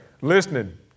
listening